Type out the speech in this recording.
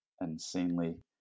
insanely